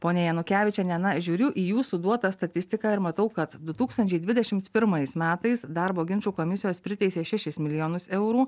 ponia janukevičiene na žiūriu į jūsų duotą statistiką ir matau kad du tūkstančiai dvidešims pirmais metais darbo ginčų komisijos priteisė šešis milijonus eurų